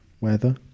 Weather